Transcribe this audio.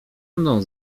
mną